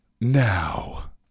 now